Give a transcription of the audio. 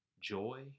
joy